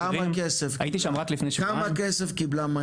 כמה כסף היא קיבלה?